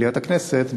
במליאת הכנסת,